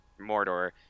Mordor